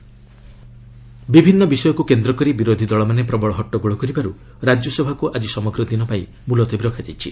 RS adjourn ବିଭିନ୍ନ ବିଷୟକୁ କେନ୍ଦ୍ରକରି ବିରୋଧୀ ଦଳମାନେ ପ୍ରବଳ ହଟ୍ଟଗୋଳ କରିବାରୁ ରାଜ୍ୟସଭାକୁ ଆଜି ସମଗ୍ର ଦିନପାଇଁ ମୁଲତବୀ ରଖାଯାଇଛି